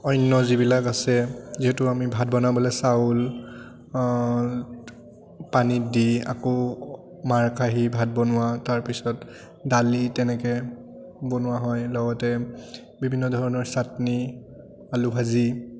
অন্য যিবিলাক আছে যিহেতু আমি ভাত বনাবলৈ চাউল পানী দি আকৌ মাৰ কাঢ়ি ভাত বনোৱা তাৰপিছত দালি তেনেকে বনোৱা হয় লগতে বিভিন্ন ধৰণৰ চাটনী আলু ভাজি